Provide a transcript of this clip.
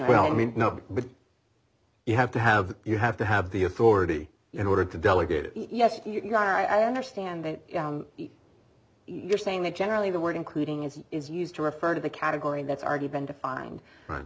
with you have to have you have to have the authority in order to delegate it yes i understand that you're saying that generally the word including is is used to refer to the category that's already been defined